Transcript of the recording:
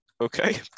okay